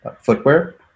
footwear